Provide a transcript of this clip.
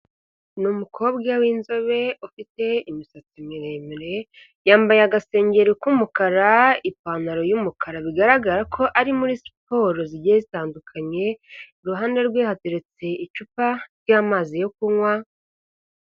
Ni umukobwa w'inzobe ufite imisatsi miremire, yambaye agasengeri k'umukara, ipantaro y'umukara bigaragara ko ari muri siporo zigiye zitandukanye, iruhande rwe hateretse icupa ry'amazi yo kunkwa.